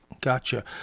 Gotcha